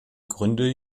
gründe